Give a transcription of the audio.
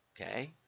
okay